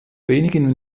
wenigen